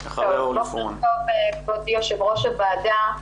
כבוד יושב-ראש הוועדה,